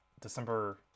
december